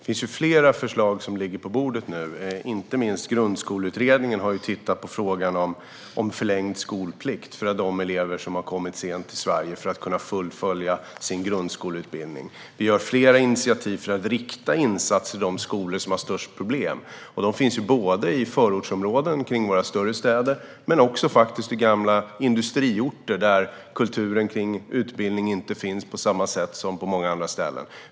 Fru talman! Det ligger nu flera förslag på bordet. Inte minst Grundskoleutredningen har tittat på frågan om förlängd skolplikt för de elever som har kommit sent till Sverige för att de ska kunna fullfölja sin grundskoleutbildning. Vi tar flera initiativ för att rikta insatser till de skolor som har störst problem - de finns både i förortsområden kring våra större städer och i gamla industriorter, där kulturen kring utbildning inte finns på samma sätt som på många andra ställen.